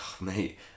mate